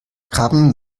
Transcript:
krabben